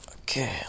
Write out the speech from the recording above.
Okay